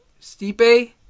Stipe